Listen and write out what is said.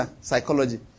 psychology